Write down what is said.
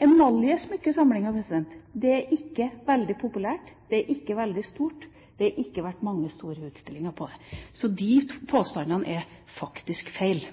emaljesmykkesamlinga! Den er ikke veldig populær, den er ikke veldig stor, og det har ikke vært mange store utstillinger med den. Så disse påstandene er faktisk feil.